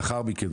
לאחר מכן.